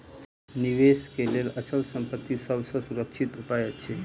निवेश के लेल अचल संपत्ति सभ सॅ सुरक्षित उपाय अछि